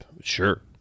Sure